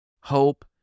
Hope